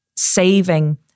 saving